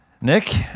Nick